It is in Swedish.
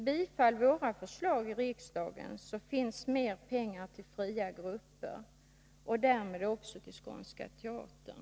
Bifall våra förslag i riksdagen, så finns det mer pengar till fria grupper och därmed också till Skånska Teatern!